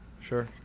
Sure